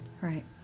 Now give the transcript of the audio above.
Right